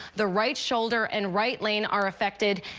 the right shoulder and right lane are affected.